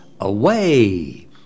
away